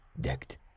decked